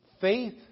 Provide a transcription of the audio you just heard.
Faith